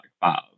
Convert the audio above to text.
five